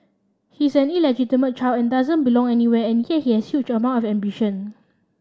he's an illegitimate child and doesn't belong anywhere and yet he amount ambition